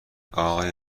آقای